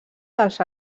dels